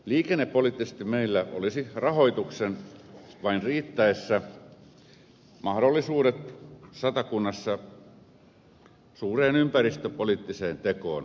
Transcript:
liikennepoliittisesti meillä satakunnassa olisi rahoituksen vain riittäessä mahdollisuudet suureen ympäristöpoliittiseen tekoon